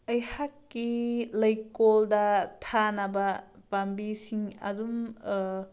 ꯑꯩꯍꯥꯛꯀꯤ ꯂꯩꯀꯣꯜꯗ ꯊꯥꯅꯕ ꯄꯥꯝꯕꯤꯁꯤꯡ ꯑꯗꯨꯝ